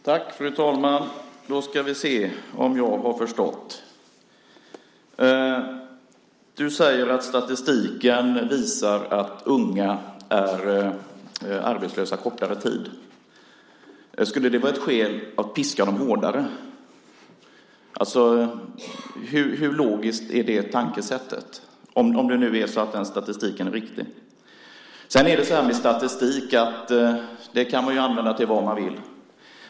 Fru talman! Vi ska se om jag har förstått det rätt. Du säger att statistiken visar att unga är arbetslösa kortare tid. Skulle det vara ett skäl att piska dem hårdare? Hur logiskt är det tankesättet, om det nu är så att den statistiken är riktig? Statistik kan man använda till vad man vill.